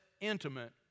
intimate